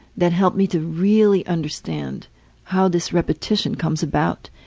that helped me to really understand how this repetition comes about.